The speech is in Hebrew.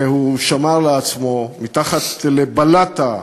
שהוא שמר לעצמו מתחת לבלטה,